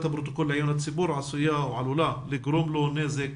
הפרוטוקול לעיון הציבור עשויה או עלולה לגרום לו נזק